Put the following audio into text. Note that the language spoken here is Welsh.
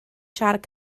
siarad